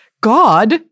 God